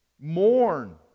mourn